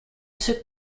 took